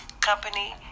company